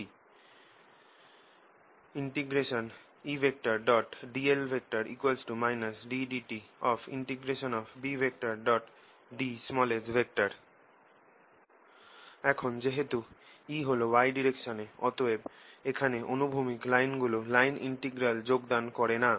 E B∂t Edl ddtBds এখন যেহেতু E হল y ডাইরেকশনে অতএব এখানে অনুভূমিক লাইনগুলো লাইন ইনটিগ্রালে যোগদান করে না